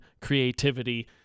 creativity